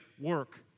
work